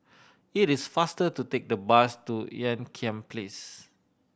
it is faster to take the bus to Ean Kiam Place